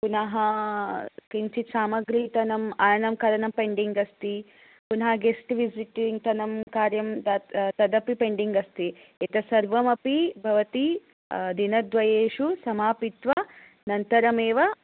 पुनः किञ्चित् समग्रीतनं आनयनं करणं पेण्डिङ्ग् अस्ति पुनः गेस्ट् विसिटिङ्ग् तनं कार्यं तत् तदपि पेण्डिङ्ग् अस्ति एतत् सर्वमपि भवती दिनद्वयेषु समापयित्वा अनन्तरमेव